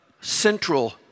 central